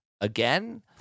again